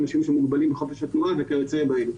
אנשים מוגבלים בחופש התנועה וכיוצא באלה.